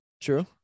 true